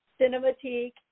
Cinematique